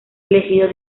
elegido